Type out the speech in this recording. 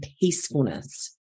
peacefulness